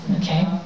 Okay